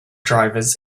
drivers